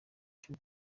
cy’u